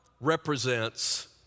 represents